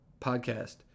Podcast